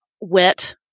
wet